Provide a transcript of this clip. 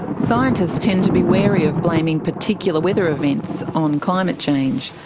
scientists tend to be wary of blaming particular weather events on climate change.